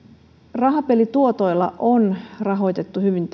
rahapelituotoilla on rahoitettu hyvin